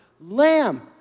Lamb